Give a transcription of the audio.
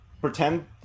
pretend